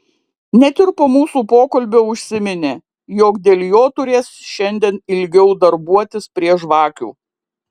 net ir po mūsų pokalbio užsiminė jog dėl jo turės šiandien ilgiau darbuotis prie žvakių